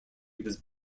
was